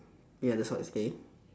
ya that's what I say